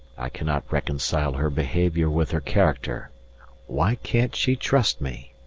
i cannot reconcile her behaviour with her character why can't she trust me?